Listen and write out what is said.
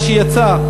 מה שיצא,